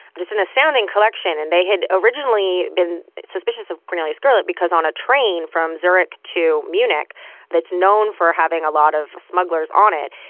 just an astounding collection and they had originally been suspicious of cornelius gurlitt because on a train from zurich to munich that's known for having a lot of smugglers on it.